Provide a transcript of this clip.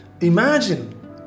Imagine